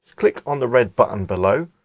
click on the red button below,